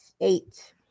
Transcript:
eight